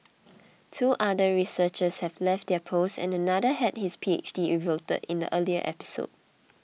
two other researchers have left their posts and another had his P H D revoked in the earlier episode